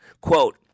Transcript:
Quote